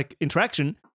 interaction